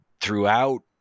throughout